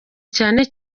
cyane